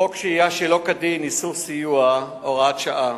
חוק שהייה שלא כדין (איסור סיוע) (הוראות שעה),